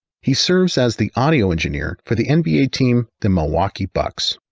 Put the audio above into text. he serves as the audio engineer for the and nba team the milwaukee bucks,